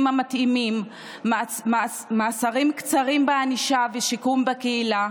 המתאימים מאסרים קצרים וענישה בשיקום בקהילה,